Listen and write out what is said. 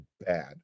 bad